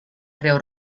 creu